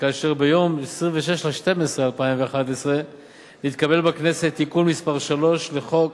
כאשר ביום 26 בדצמבר 2011 נתקבל בכנסת תיקון מס' 3 לחוק